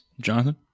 Jonathan